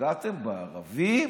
פגעתם בערבים?